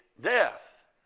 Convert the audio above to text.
death